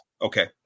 okay